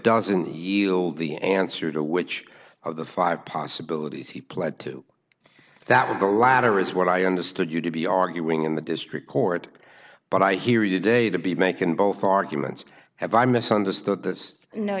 doesn't heal the answer to which of the five possibilities he pled to that with the latter is what i understood you to be arguing in the district court but i hear you day to be making both arguments have i misunderstood this